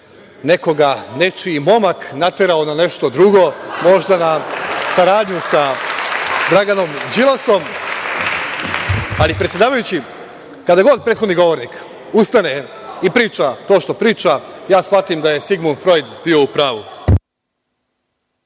nekoga nečiji momak naterao na nešto drugo, možda na saradnju sa Draganom Đilasom. Ali, predsedavajući, kada god prethodni govornik ustane i priča to što priča, ja shvatim da je Sigmund Frojd bio u pravu.